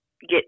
get